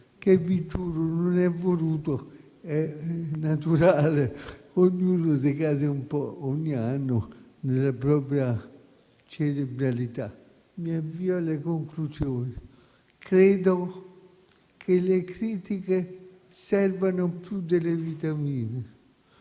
che vi giuro non è voluto, ma è naturale; ognuno decade un po' ogni anno nella propria cerebralità. Mi avvio alle conclusioni. Credo che le critiche servano più delle vitamine,